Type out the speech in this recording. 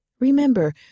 Remember